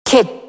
Kid